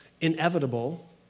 inevitable